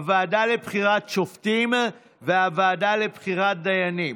הוועדה לבחירת שופטים והוועדה לבחירת דיינים,